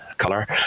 color